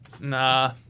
Nah